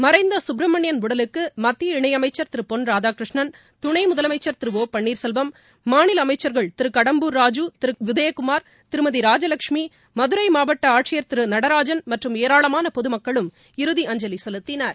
மறைந்த கப்பிரமணியன் உடலுக்கு மத்திய இணையமைச்சர் திரு பொன்ராதாகிருஷ்ணன் துணை முதலமைச்சர் திரு ஓ பன்னீர்செல்வம் மாநில அமைச்சர் திரு கடம்பூர் ராஜூ திரு உதயகுமார் திருமதி ராஜவட்சுமி மதுரை மாவட்ட ஆட்சியர் திரு நடராஜன் மற்றும் ஏராளமான பொதுமக்களும் இறுதியஞ்சலி செலுத்தினர்